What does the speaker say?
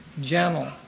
gentle